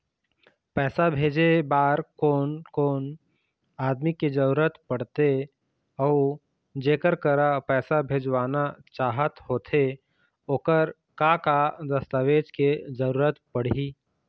पैसा भेजे बार कोन कोन आदमी के जरूरत पड़ते अऊ जेकर करा पैसा भेजवाना चाहत होथे ओकर का का दस्तावेज के जरूरत पड़ही?